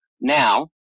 Now